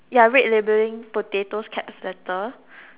ya red labeling potato caps letter